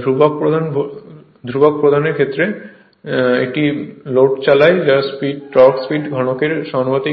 ধ্রুবক প্রধান ক্ষেত্রের সাথে একটি লোড চালায় যার টর্ক স্পিডর ঘনকের সমানুপাতিক